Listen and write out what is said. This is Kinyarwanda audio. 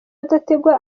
adategwa